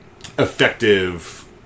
effective